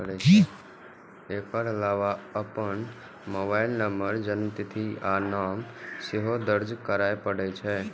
एकर अलावे अपन mobile number, जन्मतिथि आ नाम सेहो दर्ज करय पड़ै छै